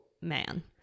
man